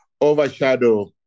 overshadow